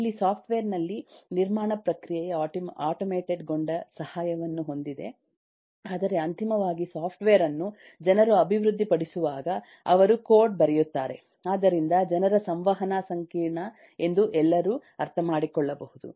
ಇಲ್ಲಿ ಸಾಫ್ಟ್ವೇರ್ನಲ್ಲಿ ನಿರ್ಮಾಣ ಪ್ರಕ್ರಿಯೆಯು ಆಟೋಮೇಟೆಡ್ ಗೊಂಡ ಸಹಾಯವನ್ನು ಹೊಂದಿದೆ ಆದರೆ ಅಂತಿಮವಾಗಿ ಸಾಫ್ಟ್ವೇರ್ ಅನ್ನು ಜನರು ಅಭಿವೃದ್ಧಿಪಡಿಸುವಾಗ ಅವರು ಕೋಡ್ ಬರೆಯುತ್ತಾರೆ ಆದ್ದರಿಂದ ಜನರ ಸಂವಹನ ಸಂಕೀರ್ಣ ಎಂದು ಎಲ್ಲರೂ ಅರ್ಥಮಾಡಿಕೊಳ್ಳುಬಹುದು